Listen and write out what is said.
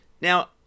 Now